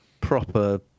proper